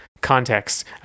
context